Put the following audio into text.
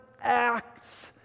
acts